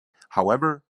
however